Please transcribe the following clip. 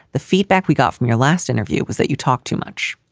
the feedback we got from your last interview was that you talked too much.